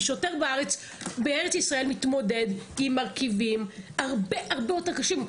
שוטר בישראל מתמודד עם מרכיבים הרבה יותר קשים.